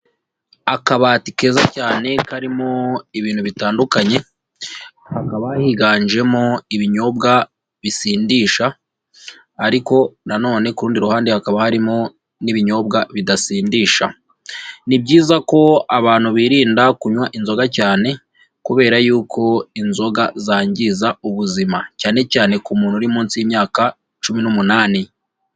Akabati keza cyane karimo ibintu bitandukanye, hakaba higanjemo ibinyobwa bisindisha ariko nanone ku rundi ruhande hakaba harimo n'ibinyobwa bidasindisha. Ni byiza ko abantu birinda kunywa inzoga cyane kubera yuko inzoga zangiza ubuzima cyane cyane ku muntu uri munsi y'imyaka cumi n'umunani.